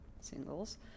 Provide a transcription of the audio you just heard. singles